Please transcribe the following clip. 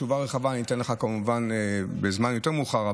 תשובה רחבה אני אתן לך כמובן בזמן יותר מאוחר,